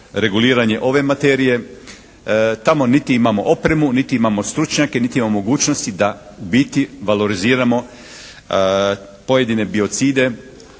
reguliranje ove materije. Tamo niti imamo opremu, niti imamo stručnjake, niti imamo mogućnosti da u biti valoriziramo pojedine biocide